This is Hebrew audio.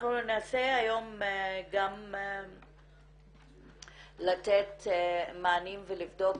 אנחנו ננסה היום גם לתת מענים ולבדוק,